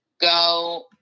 go